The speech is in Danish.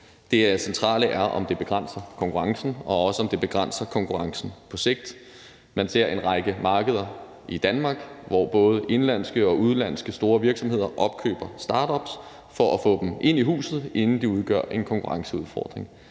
Det centrale er, om det begrænser konkurrencen, og om det også begrænser konkurrencen på sigt. Man ser en række markeder i Danmark, hvor både indenlandske og udenlandske store virksomheder opkøber startups for at få dem ind i huset, inden de udgør en konkurrenceudfordring.